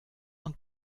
und